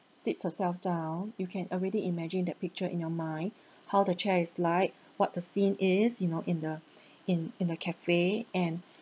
sits herself down you can already imagine that picture in your mind how the chair is like what the scene is you know in the in in a cafe and